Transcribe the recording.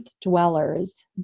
dwellers